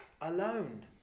alone